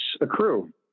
accrue